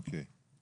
אוקיי.